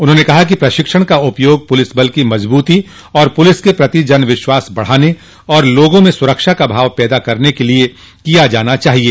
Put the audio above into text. उन्होंने कहा कि प्रशिक्षण का उपयोग पुलिस बल को मजबूती पुलिस के प्रति जन विश्वास बढ़ाने और लोगों में सुरक्षा का भाव पैदा करन के लिए किया जाना चाहिए